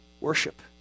Worship